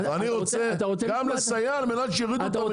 אני רוצה גם לסייע על מנת שיורידו את המחיר,